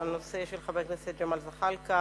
הצעה לסדר-היום מס' 2656 של חבר הכנסת מנחם אליעזר מוזס.